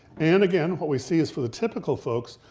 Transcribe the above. and again, what we see is for the typical folks,